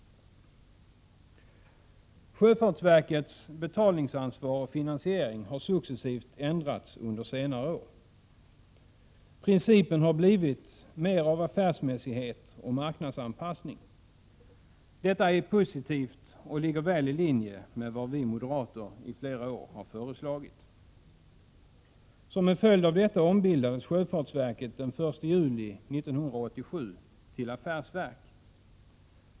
Sjöfartsverkets betalningsansvar och finansiering har successivt ändrats under senare år. Principen har blivit mer av affärsmässighet och marknadsanpassning. Detta är positivt och ligger väl i linje med vad vi moderater under flera år har föreslagit. Som en följd av detta ombildades sjöfartsverket den 1 juli 1987 till affärsverk.